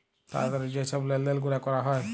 তাড়াতাড়ি যে ছব লেলদেল গুলা ক্যরা হ্যয়